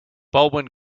baldwin